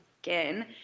again